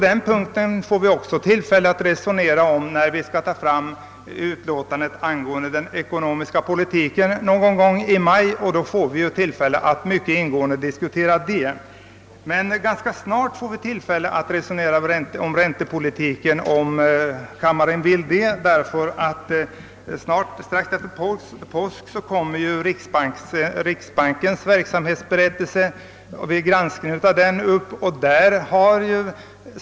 Den saken får vi tillfälle att ingående diskutera när bankoutskottets utlåtande angående den ekonomiska politiken föreligger någon gång i maj. Men ganska snart får kammaren möjlighet att resonera om räntepolitiken, om man vill det; strax efter påsk kommer utlåtandet över granskningen av riksbankens verksamhetsberättelse upp på föredragningslistan.